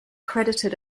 credited